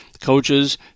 coaches